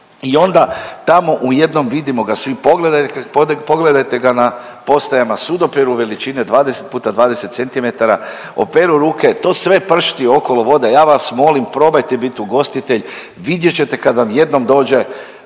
i onda tamo u jednom vidimo ga svi pogledajte ga na postajama sudoperu veličine 20x20 cm, operu ruke. To sve pršti okolo voda. Ja vas molim probajte bit ugostitelj. Vidjet ćete kad vam jednom dođe